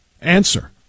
Answer